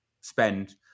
spend